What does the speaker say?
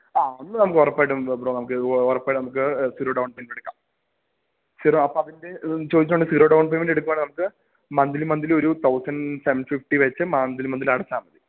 ആ എന്നാല് നമുക്ക് ഉറപ്പായിട്ടും ബ്രോ ബ്രോ നമുക്ക് ഉറപ്പായിട്ടും നമുക്ക് സീറോ ഡൌൺ പേയ്മെൻ്റിനെടുക്കാം സീറോ അപ്പോള് അതിൻ്റെ ചോദിച്ചതുകൊണ്ട് സീറോ ഡൌൺ പേയ്മെൻ്റിന് എടുക്കുകയാണെങ്കില് നമുക്ക് മന്തിലി മന്തിലി ഒരു തൌസണ്ട് സെവൺ ഫിഫ്റ്റി വെച്ച് മന്തിലി മന്തിലി അടച്ചാല് മതി